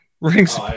Rings